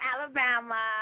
Alabama